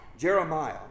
Jeremiah